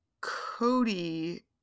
cody